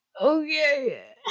okay